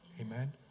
Amen